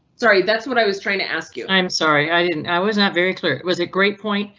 sorry that's what i was trying to ask you. i'm sorry i didn't. i was not very clear. it was a great point.